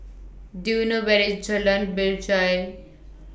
Do YOU know Where IS Jalan Binjai